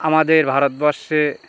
আমাদের ভারতবর্ষে